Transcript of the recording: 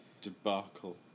debacle